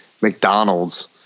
McDonald's